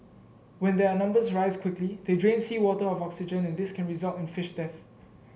when their numbers rise quickly they drain seawater of oxygen and this can result in fish death